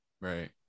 Right